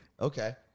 Okay